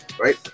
right